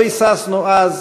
לא היססנו אז